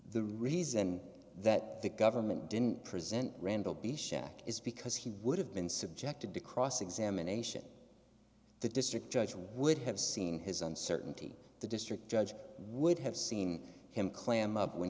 the reason that the government didn't present randall be shaq is because he would have been subjected to cross examination the district judge would have seen his uncertainty the district judge would have seen him clam up when